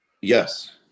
Yes